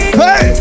hey